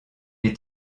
est